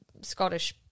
Scottish